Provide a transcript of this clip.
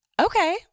Okay